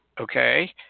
Okay